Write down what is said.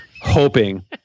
hoping